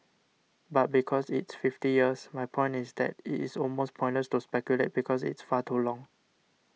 but because it's fifty years my point is that it is almost pointless to speculate because it's far too long